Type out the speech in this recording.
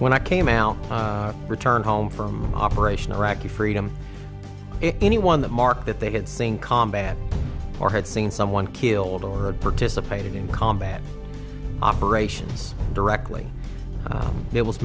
when i came out returned home from operation iraqi freedom if anyone that mark that they had seen combat or had seen someone killed or had participated in combat operations directly it was